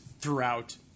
throughout